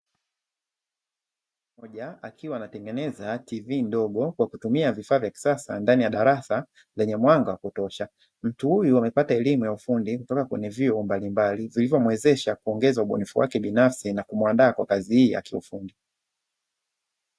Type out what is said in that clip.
Mtu mmoja akiwa anatengeneza "TV" ndogo kwa kutumia vifaa vya kisasa ndani ya darasa lenye mwaga wa kutosha. Mtu huyu amepata elimu ya ufundi kutoka kwenye vyuo mbalimbali vilivyomuwezesha kuongeza ubunifu wake binafsi na kumuandaa kwa kazi hii ya kiufundi.